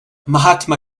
mahatma